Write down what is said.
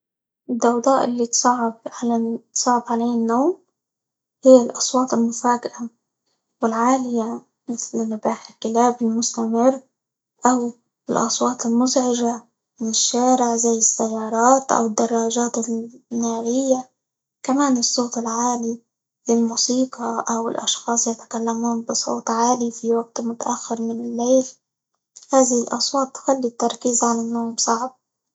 الضوضاء اللي -تصعب على- تصعب عليا النوم، هي الأصوات المفاجئة، والعالية، مثل: نباح الكلاب المستمر، أو الأصوات المزعجة من الشارع زى السيارات، أو الدراجات -ال- النارية، كمان الصوت العالي للموسيقى، أو لأشخاص يتكلمون بصوت عالي في وقت متأخر من الليل، هذه الأصوات تخلي التركيز على النوم صعب.